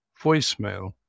voicemail